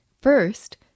First